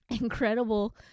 Incredible